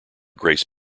grace